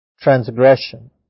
transgression